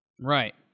Right